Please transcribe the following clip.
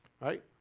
Right